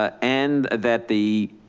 ah and that the